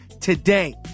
today